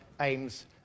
aims